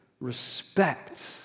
respect